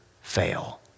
fail